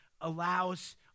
allows